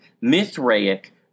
Mithraic